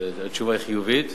התשובה היא חיובית.